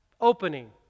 opening